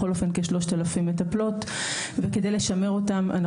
בכל אופן כ-3,000 מטפלות וכדי לשמר אותן,